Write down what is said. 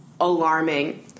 alarming